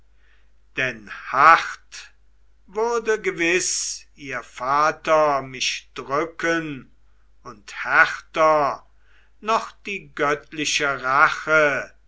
denn hart würde gewiß ihr vater mich drücken und härter noch die göttliche rache